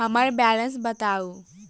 हम्मर बैलेंस बताऊ